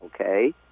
Okay